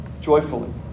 joyfully